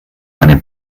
einen